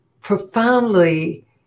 profoundly